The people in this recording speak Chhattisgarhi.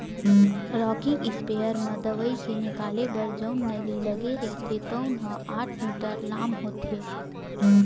रॉकिंग इस्पेयर म दवई के निकले बर जउन नली लगे रहिथे तउन ह आठ मीटर लाम होथे